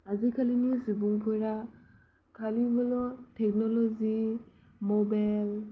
आजिखालिनि सुबुंफोरा खालिबोल' थेक्न'लजि मबाइल